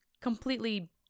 completely